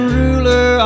ruler